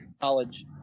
college –